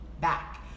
back